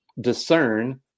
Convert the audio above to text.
discern